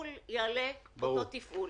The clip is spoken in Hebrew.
התפעול יעלה אותו תפעול.